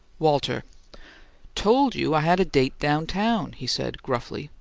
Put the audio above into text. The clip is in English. walter told you had a date down-town, he said, gruffly,